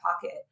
pocket